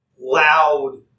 loud